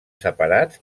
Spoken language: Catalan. separats